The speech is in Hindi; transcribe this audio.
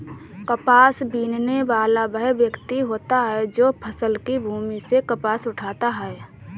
कपास बीनने वाला वह व्यक्ति होता है जो फसल की भूमि से कपास उठाता है